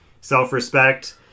self-respect